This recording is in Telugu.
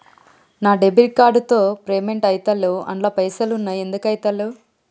నా డెబిట్ కార్డ్ తో పేమెంట్ ఐతలేవ్ అండ్ల పైసల్ ఉన్నయి ఎందుకు ఐతలేవ్?